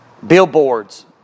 Billboards